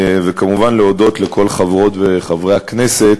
וכמובן להודות לכל חברות וחברי הכנסת